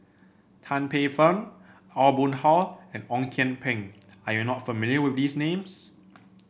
Tan Paey Fern Aw Boon Haw and Ong Kian Peng are you not familiar with these names